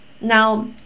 Now